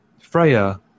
Freya